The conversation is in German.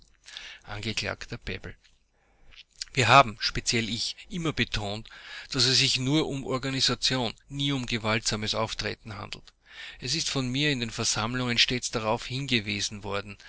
wir haben speziell ich immer betont daß es sich nur um organisation nie um gewaltsames auftreten handelt es ist von mir in den versammlungen stets darauf hingewiesen worden